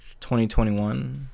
2021